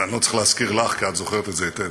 אני לא צריך להזכיר לך, כי את זוכרת את זה היטב